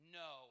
no